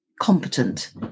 competent